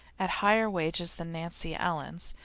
at higher wages than nancy ellen's,